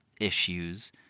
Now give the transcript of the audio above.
issues